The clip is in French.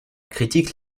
critique